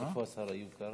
איפה איוב קרא?